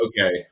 okay